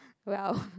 well